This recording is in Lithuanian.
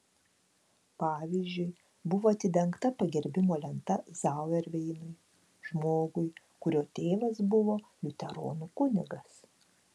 pavyzdžiui buvo atidengta pagerbimo lenta zauerveinui žmogui kurio tėvas buvo liuteronų kunigas